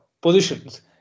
positions